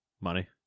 Money